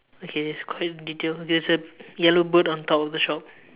okay it's quite detail there is a yellow bird on top of the shop